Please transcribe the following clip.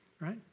Right